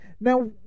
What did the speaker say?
Now